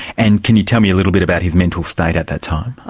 and can you tell me a little bit about his mental state at that time?